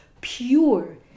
pure